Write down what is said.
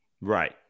Right